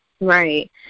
Right